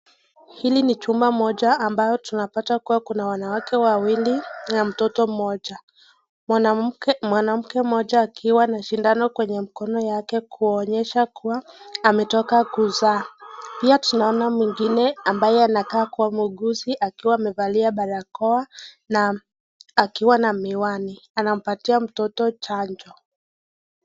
Hili ni chumba mmoja ambayo tunapata kuwa kuna wanawake wawili na mtoto mmoja, mwanamke mmoja akiwa na sindano kwenye mkono yake kuonyesha kuwa ametoka kuzaa. Pia tunaona mwingine ambaye anakaa kuwa muuguzi akiwa amevalia barakoa na akiwa na miwani. Anapatia mtoto chanjo.